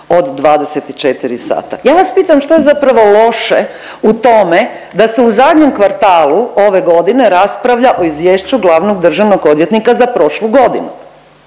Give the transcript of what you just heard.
od 24 sata. Ja vas pitam što je zapravo loše u tome da se u zadnjem kvartalu ove godine raspravlja o izvješću glavnog državnog odvjetnika za prošlu godinu?